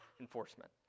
enforcement